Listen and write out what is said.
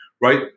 right